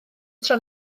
tro